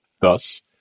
Thus